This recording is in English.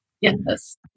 Yes